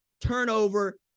turnover